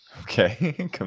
Okay